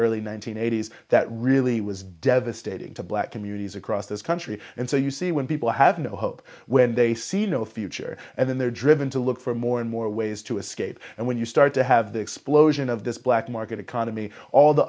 hundred eighty s that really was devastating to black communities across this country and so you see when people have no hope when they see no future and then they're driven to look for more and more ways to escape and when you start to have the explosion of this black market economy all the